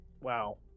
Wow